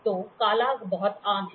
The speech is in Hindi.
तो काला बहुत आम है